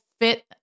fit